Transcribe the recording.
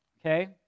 okay